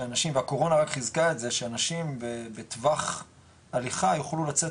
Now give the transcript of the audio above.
שאנשים - והקורונה רק חיזקה את זה - שאנשים בטווח הליכה יוכלו לצאת